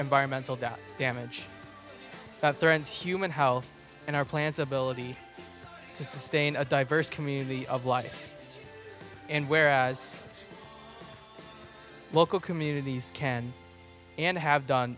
environmental damage damage that threatens human health and our plants ability to sustain a diverse community of life and whereas local communities can and have done